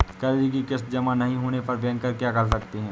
कर्ज कि किश्त जमा नहीं होने पर बैंकर क्या कर सकते हैं?